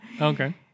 Okay